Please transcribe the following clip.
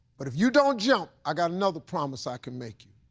but if you don't jump, i got another promise i can make you.